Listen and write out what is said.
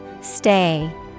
Stay